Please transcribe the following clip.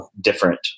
different